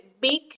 big